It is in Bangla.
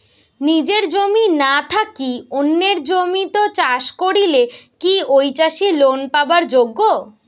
নিজের জমি না থাকি অন্যের জমিত চাষ করিলে কি ঐ চাষী লোন পাবার যোগ্য?